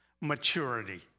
Maturity